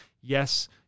yes